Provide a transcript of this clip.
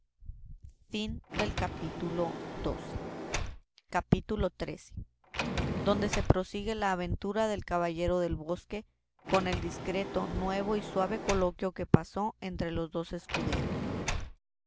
entre sus señores capítulo xiii donde se prosigue la aventura del caballero del bosque con el discreto nuevo y suave coloquio que pasó entre los dos escuderos